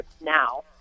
now